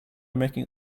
making